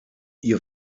ihr